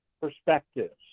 perspectives